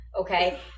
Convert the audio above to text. okay